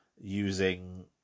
using